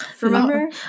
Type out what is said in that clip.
remember